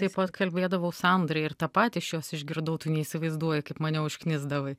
taip pat kalbėdavau sandrai ir tą patį iš jos išgirdau tu neįsivaizduoji kaip mane užknisdavai